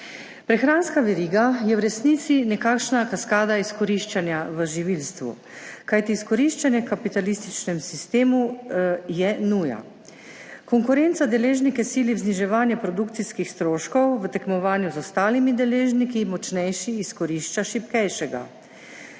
Prehranska veriga je v resnici nekakšna kaskada izkoriščanja v živilstvu, kajti izkoriščanje v kapitalističnem sistemu je nuja. Konkurenca deležnike sili v zniževanje produkcijskih stroškov v tekmovanju z ostalimi deležniki, močnejši izkorišča šibkejšega,